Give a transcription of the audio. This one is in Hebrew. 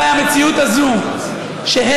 אח